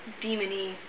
demon-y